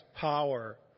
power